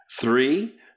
three